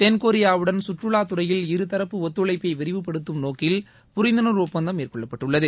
தென்கொரியாவுடன் சுற்றுவாத்துறையில் இருதரப்பு ஒத்துழைப்பை விரிவுபடுத்தும் நோக்கில் புரிந்துணர்வு ஒப்பந்தம் மேற்கொள்ளப்படவுள்ளது